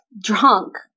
drunk